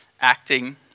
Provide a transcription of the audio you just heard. acting